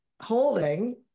holding